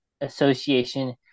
Association